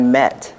met